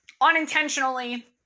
unintentionally